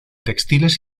textiles